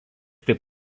taip